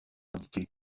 indiquées